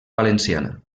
valenciana